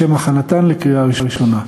לשם הכנתן לקריאה ראשונה.